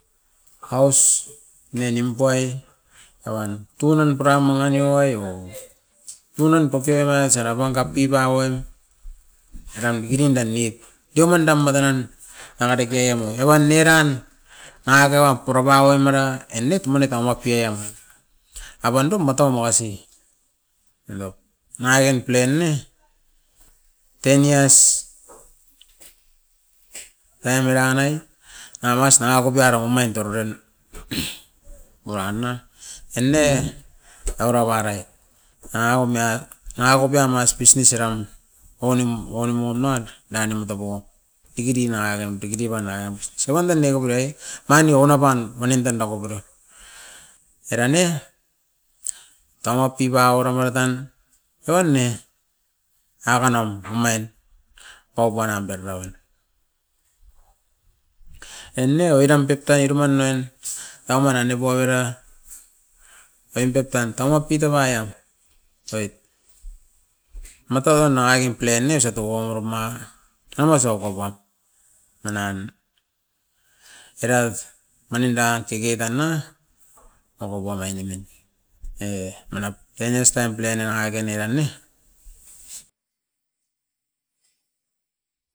Aus ne nimpuai apan tunan pura mangi nip waio, tunan kopiara ois era pan kap pipa wan. Eran dikidiki danit deuman dan mata nan nanga deke noa, evan oiran nanga kevap pura paua mara ennit muni taumap pian. Apan dum matau makasi, eva top nanga kain plan ne, ten years plan uran oi nabas nanga kopiarok omain tororean uran na, en ne oira barait anau meai nanga kopiam ais business eram. Oinim, oinim mukunan noanim mataupo, dikidiki nanga taim, dikidiki banaim ois ois i ban dan neke purai omain ni ouna pan manin dan dakopiro. Eran ne, taumap pip auara mara tan, evan ne danga tan nam omain. Taupu anam deroroan, e ne oiram pip tai iruman noan, tauman anipoi mera oin dat tan tauman pita baiap, oit matau tan nangakin plan ne osa togoworama aumas iokopat, manan erat manin dan keke dan na okopon ainemin e. Manap ten years time plan nanga kain eran ne.